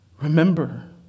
Remember